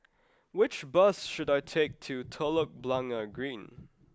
which bus should I take to Telok Blangah Green